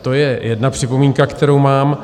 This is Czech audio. To je jedna připomínka, kterou mám.